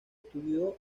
estudió